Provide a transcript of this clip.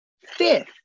fifth